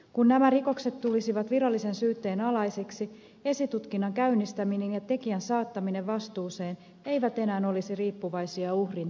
kun nämä rikokset tulisivat virallisen syytteen alaisiksi esitutkinnan käynnistäminen ja tekijän saattaminen vastuuseen eivät enää olisi riippuvaisia uhrin tahdosta